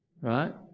right